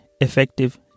effective